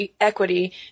equity